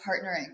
partnering